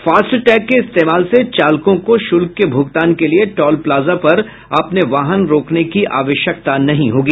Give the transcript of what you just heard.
FASTag के इस्तेमाल से चालकों को शुल्क के भुगतान के लिये टोल प्लाजा पर अपने वाहन रोकने की आवश्यकता नहीं होगी